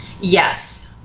Yes